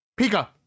Pika